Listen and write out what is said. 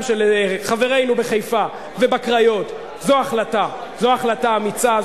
של חברינו בחיפה ובקריות זו החלטה אמיצה,